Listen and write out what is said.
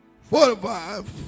forty-five